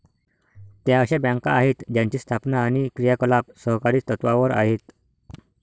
त्या अशा बँका आहेत ज्यांची स्थापना आणि क्रियाकलाप सहकारी तत्त्वावर आहेत